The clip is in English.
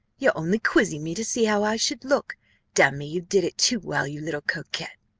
you're only quizzing me to see how i should look damn me, you did it too well, you little coquet!